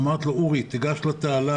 אמרתי לו: אורי, תיגש לתעלה.